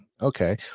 okay